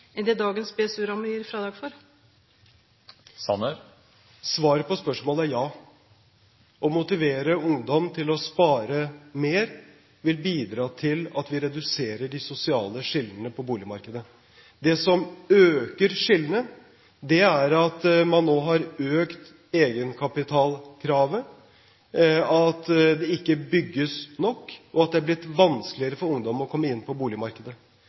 enn det dagens BSU-ramme gir fradrag for? Svaret på spørsmålet er ja. Å motivere ungdom til å spare mer vil bidra til at vi reduserer de sosiale skillene på boligmarkedet. Det som øker skillene, er at man nå har økt egenkapitalkravet, at det ikke bygges nok, og at det er blitt vanskeligere for ungdom å komme inn på boligmarkedet.